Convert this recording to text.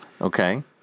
Okay